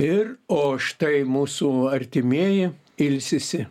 ir o štai mūsų artimieji ilsisi